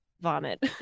vomit